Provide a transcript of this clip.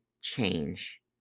change